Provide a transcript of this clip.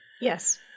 Yes